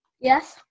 Yes